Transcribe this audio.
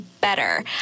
better